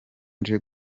nje